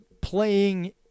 playing